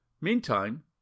Meantime